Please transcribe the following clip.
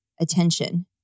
attention